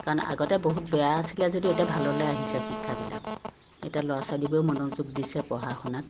কাৰণ আগতে বহুত বেয়া আছিলে যদিও এতিয়া ভাললৈ আহিছে শিক্ষাবিলাক এতিয়া ল'ৰা ছোৱালীবোৰেও মনোযোগ দিছে পঢ়া শুনাত